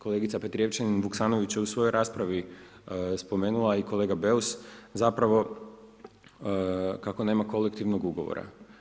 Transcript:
Kolegica Petrijevčanin Vuksanović je u svojoj raspravi spomenula i kolega Beus zapravo, kako nema kolektivnog ugovora.